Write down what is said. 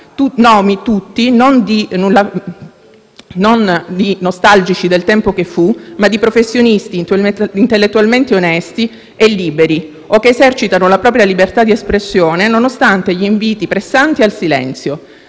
nomi non di nostalgici del tempo che fu, ma di professionisti intellettualmente onesti e liberi e che esercitano la propria libertà di espressione nonostante gli inviti pressanti al silenzio.